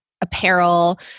apparel